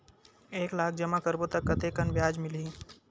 एक लाख जमा करबो त कतेकन ब्याज मिलही?